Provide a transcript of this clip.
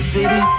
City